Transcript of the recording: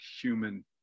human